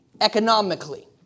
economically